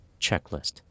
checklist